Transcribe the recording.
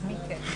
הזמנים.